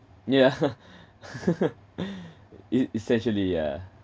yeah es~ essentially yeah